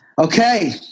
Okay